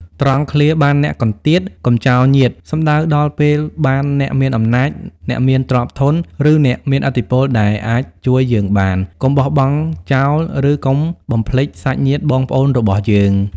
ត្រង់ឃ្លា បានអ្នកកន្តៀត កុំចោលញាតិ សំដៅដល់ពេលបានអ្នកមានអំណាច អ្នកមានទ្រព្យធន ឬអ្នកមានឥទ្ធិពលដែលអាចជួយយើងបាន កុំបោះបង់ចោល ឬកុំបំភ្លេចសាច់ញាតិបងប្អូនរបស់យើង។